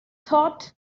thought